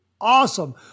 awesome